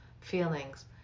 feelings